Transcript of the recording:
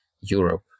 Europe